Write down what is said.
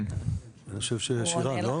אני חושב ששרן, לא?